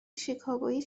شیکاگویی